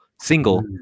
single